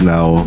Now